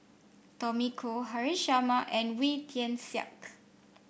Tommy Koh Haresh Sharma and Wee Tian Siak